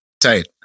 Tight